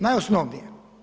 Najosnovnije.